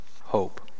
hope